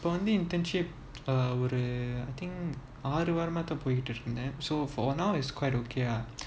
poly internship err ஒரு ஆறு வாரமா தான்:oru aaru vaarama than I think போய்கிட்டு இருக்கு:poikitu iruku so for now is quite okay ah